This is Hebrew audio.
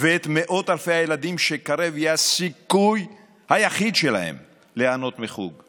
ואת מאות אלפי הילדים שקרב היא הסיכוי היחיד שלהם ליהנות מחוג.